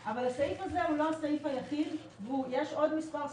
חברת הכנסת זנדברג, אבל זו מדינת חוק.